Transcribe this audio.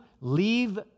leave